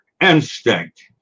instinct